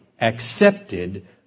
accepted